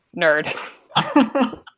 Nerd